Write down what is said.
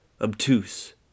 obtuse